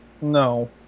no